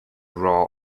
raw